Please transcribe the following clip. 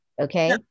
okay